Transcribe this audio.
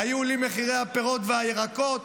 היו עולים מחירי הפירות והירקות,